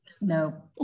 no